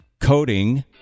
coding